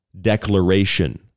declaration